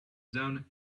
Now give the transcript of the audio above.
down